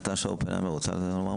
נטשה אופנהיים, בבקשה.